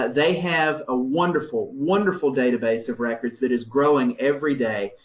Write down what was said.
they have a wonderful, wonderful database of records, that is growing every day.